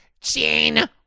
Gene